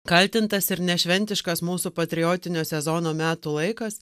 kaltintas ir nešventiškas mūsų patriotinio sezono metų laikas